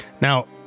Now